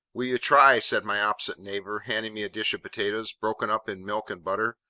will you try said my opposite neighbour, handing me a dish of potatoes, broken up in milk and butter,